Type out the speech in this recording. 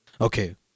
okay